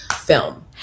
Film